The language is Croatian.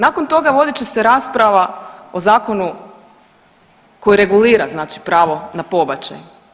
Nakon toga vodit će se rasprava o zakonu koji regulira znači pravo na pobačaj.